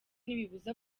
ntibibuza